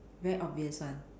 very obvious [one]